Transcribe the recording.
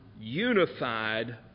unified